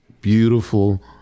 beautiful